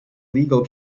legal